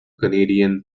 canadian